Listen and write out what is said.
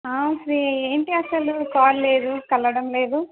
ఏంటీ అసలు కాల్ లేదు కలవడం లేదు